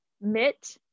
mit